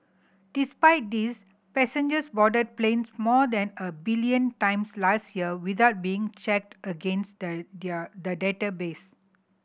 despite this passengers boarded planes more than a billion times last year without being checked against their their the database